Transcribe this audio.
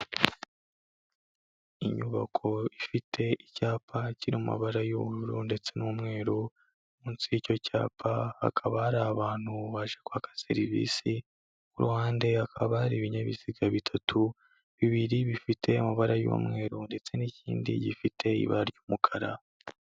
Inyubako ifite icyapa cyiri mu mabara y'ubururu ndetse n'umweru, munsi yicyo cyapa hakaba hari abantu baje kwaka serivisi, ku ruhande hakaba hari ibinyabiziga bitatu, bibiri bifite amabara y'umweru ndetse n'ikindi gifite ibara ry'umukara.